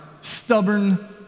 stubborn